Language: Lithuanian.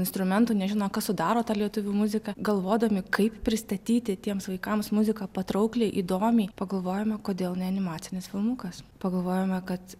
instrumentų nežino kas sudaro tą lietuvių muziką galvodami kaip pristatyti tiems vaikams muziką patraukliai įdomiai pagalvojome kodėl ne animacinis filmukas pagalvojome kad